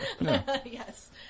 Yes